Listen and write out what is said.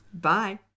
Bye